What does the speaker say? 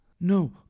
No